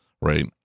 right